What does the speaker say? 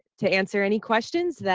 to answer any questions that